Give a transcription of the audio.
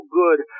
good